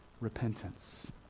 repentance